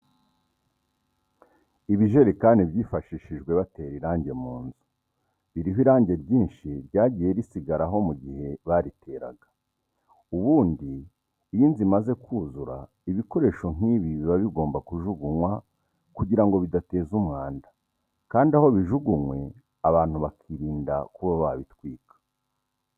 Ibijerekani byifashishijwe batera irange mu nzu biriho irange ryinshi ryagiye risigaraho mu gihe bariteraga, ubundi iyo inzu imaze kuzura ibikoresho nk'ibi biba bigomba kujugunywa kugira ngo bidateza umwanda, kandi aho bijugunywe abantu bakirinda kuba babitwika.